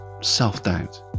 self-doubt